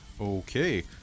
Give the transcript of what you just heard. Okay